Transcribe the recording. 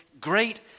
great